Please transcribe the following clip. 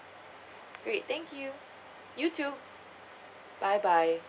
great thank you you too bye bye